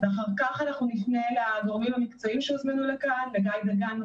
ואחר כך נפנה לגורמים המקצועיים שהוזמנו לכאן: לגיא דגן,